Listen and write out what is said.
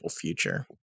future